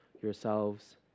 yourselves